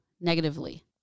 negatively